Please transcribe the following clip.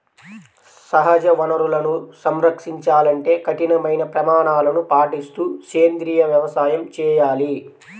సహజ వనరులను సంరక్షించాలంటే కఠినమైన ప్రమాణాలను పాటిస్తూ సేంద్రీయ వ్యవసాయం చేయాలి